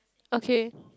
okay